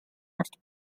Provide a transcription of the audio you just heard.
vastu